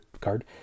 card